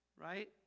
Right